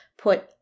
put